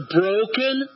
broken